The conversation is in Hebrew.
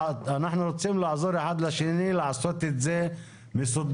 אנחנו רוצים לעזור אחד לשני לעשות את זה מסודר.